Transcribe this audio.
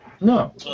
No